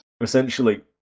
essentially